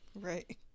Right